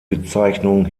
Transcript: bezeichnung